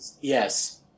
yes